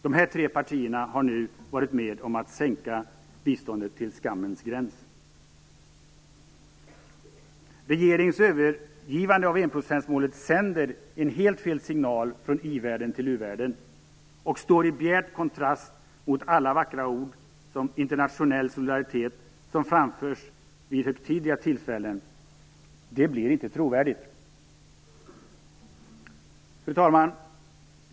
Dessa tre partier har nu varit med om att sänka biståndet till "skammens gräns". Regeringens övergivande av enprocentsmålet sänder en helt fel signal från i-världen till u-världen och står i bjärt kontrast till alla vackra ord om internationell solidaritet som framförs vid högtidliga tillfällen. Det blir inte trovärdigt. Fru talman!